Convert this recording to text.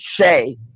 say